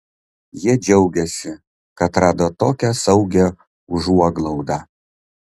jie džiaugiasi kad rado tokią saugią užuoglaudą